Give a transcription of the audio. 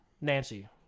Nancy